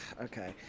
Okay